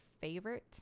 favorite